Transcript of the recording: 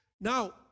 Now